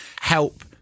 help